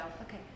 Okay